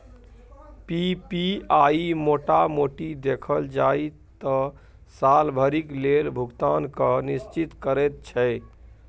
PPI मोटा मोटी देखल जाइ त साल भरिक लेल भुगतान केँ निश्चिंत करैत छै